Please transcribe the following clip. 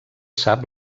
sap